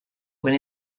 when